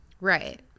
Right